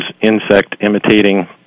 insect-imitating